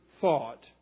thought